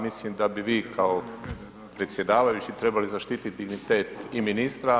Mislim da bi vi kao predsjedavajući trebali zaštiti dignitet ministra.